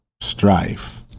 strife